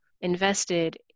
invested